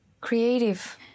creative